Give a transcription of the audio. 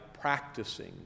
practicing